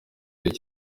igihe